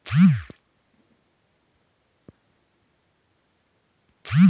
সর্বোচ্চ কত বয়স লাগে বীমার পেনশন সুযোগ পেতে?